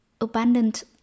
abundant